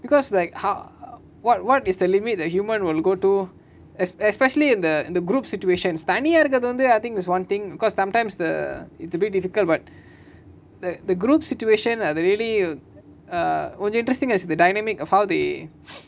because like ho~ what what is the limit that human will go to esp~ especially இந்த இந்த:intha intha group's situations தனியா இருக்குரது வந்து:thaniya irukurathu vanthu I think that is one thing because sometimes the it's a bit difficult but the the group situation ah really err only interesting as the dynamic of how they